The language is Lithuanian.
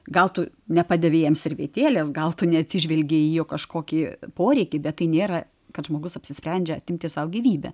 gal tu nepadavei jam servetėlės gal tu neatsižvelgei į jo kažkokį poreikį bet tai nėra kad žmogus apsisprendžia atimti sau gyvybę